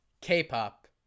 k-pop